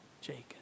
Jacob